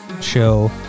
show